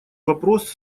вопрос